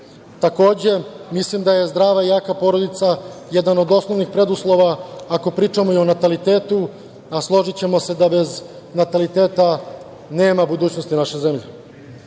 ljudi. Mislim da je zdrava i jaka porodica jedan od osnovnih preduslova, ako pričamo o natalitetu, a složićemo se da bez nataliteta nema budućnosti naše